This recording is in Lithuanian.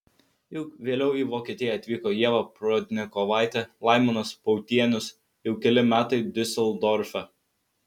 jau vėliau į vokietiją atvyko ieva prudnikovaitė laimonas pautienius jau keli metai diuseldorfe